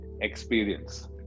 experience